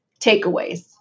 takeaways